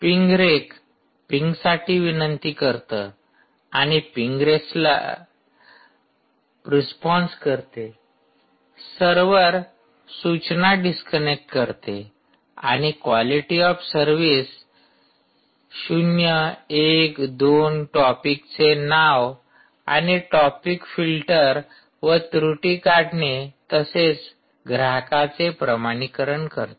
पिंगरेक पिंगसाठी विनंती करत आणि पिंगरेस्पला रिस्पोन्स करते सर्वर सूचना डिस्कनेक्ट करते आणि क्वालिटी ऑफ सर्विस ०१२ टॉपिकचे नाव आणि टॉपिक फिल्टर व त्रुटी काढणे तसेच ग्राहकाचे प्रमाणीकरण करते